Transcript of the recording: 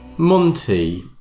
Monty